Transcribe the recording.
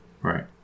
Right